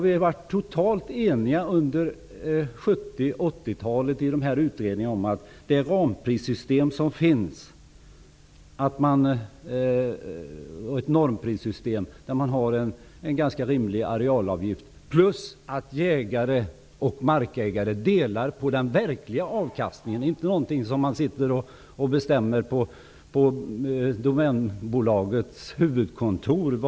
Vi var under 1970 och 1980-talen totalt eniga i utredningarna om ett normprissystem med en rimlig arealavgift plus att jägare och markägare delar på den verkliga avkastningen, inte något man sitter och bestämmer på domänbolagets huvudkontor.